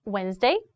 Wednesday